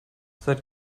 seit